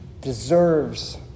deserves